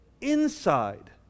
inside